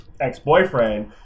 ex-boyfriend